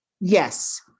Yes